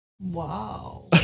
Wow